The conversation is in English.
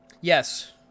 yes